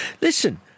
listen